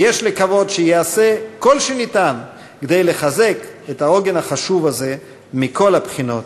ויש לקוות שייעשה כל שאפשר כדי לחזק את העוגן החשוב זה מכל הבחינות.